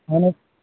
اَہن حظ